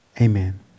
Amen